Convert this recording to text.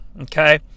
Okay